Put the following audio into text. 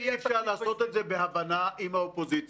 אם אי אפשר לעשות את זה בהבנה עם האופוזיציה,